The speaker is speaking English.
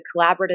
collaborative